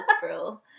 bro